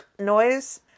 noise